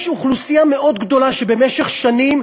יש אוכלוסייה מאוד גדולה שבמשך שנים,